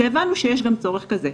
כשהבנו שיש גם צורך כזה.